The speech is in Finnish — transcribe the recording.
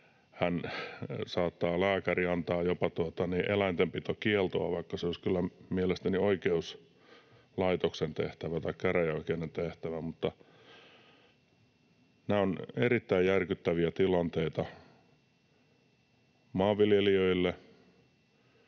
Lääkäri saattaa antaa jopa eläintenpitokieltoa, vaikka se olisi kyllä mielestäni oikeuslaitoksen tehtävä tai käräjäoikeuden tehtävä. Mutta nämä ovat erittäin järkyttäviä tilanteita maanviljelijöille,